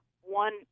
one